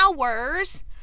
Hours